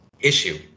issue